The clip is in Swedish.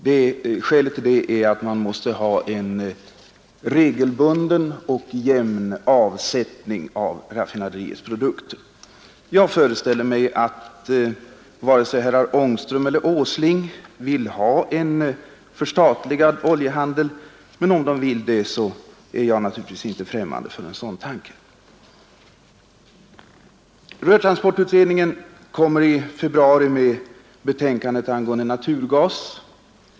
Orsaken härtill är att man måste ha en regelbunden och jämn avsättning av raffinaderiets produkter. Jag föreställer mig att inte vare sig herr Ångström eller herr Åsling vill ha en förstatligad oljehandel, men om de vill det är jag naturligtvis inte främmande för en sådan tanke. Rörtransportutredningen kommer i februari att framlägga betänkandet angående naturgas.